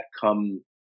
come